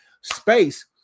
space